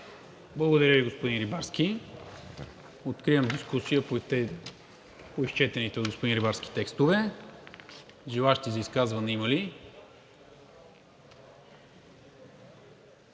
Благодаря Ви, господин Рибарски. Откривам дискусия по изчетените от господин Рибарски текстове. Желаещи за изказване има ли?